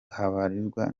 baharanira